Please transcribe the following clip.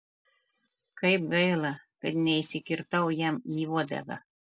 kaip gaila kad neįsikirtau jam į uodegą